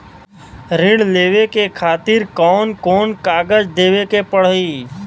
ऋण लेवे के खातिर कौन कोन कागज देवे के पढ़ही?